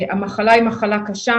המחלה היא מחלה קשה.